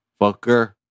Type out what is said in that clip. Fucker